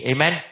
Amen